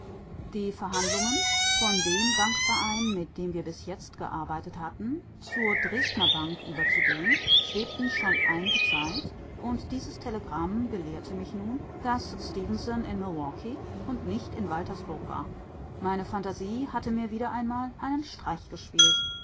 die verhandlungen von dem bankverein mit dem wir bis jetzt gearbeitet hatten zur dresdner bank überzugehen schwebten schon einige zeit und dieses telegramm belehrte mich nun daß stefenson in milwaukee und nicht in waltersburg war meine phantasie hatte mir wieder einmal einen streich gespielt